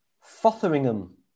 Fotheringham